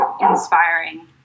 inspiring